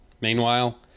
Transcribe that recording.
Meanwhile